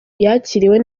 yakiriwe